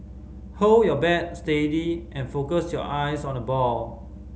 hold your bat steady and focus your eyes on the ball